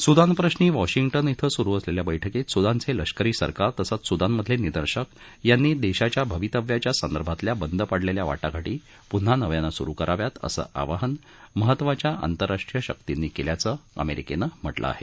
सुदान प्रश्नी वॉशिष्टन क्वें सुरु असलेल्या बैठकीत सुदानचे लष्करी सरकार तसंच सुदानमधले निदर्शक यांनी देशाच्या भवितव्याच्या संदर्भातल्या बद पडलेल्या वाटाघाटी पून्हा नव्यानं सुरु कराव्यात असं आवाहन महत्त्वाच्या आंतरराष्ट्रीय शर्कींनी केल्याचं अमेरिकेनं म्हटलं आहे